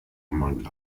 among